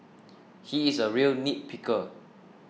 he is a real nitpicker